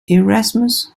erasmus